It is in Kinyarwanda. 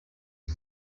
rwo